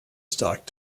stock